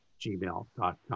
gmail.com